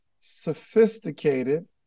sophisticated